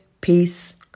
peace